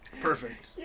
Perfect